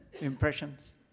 impressions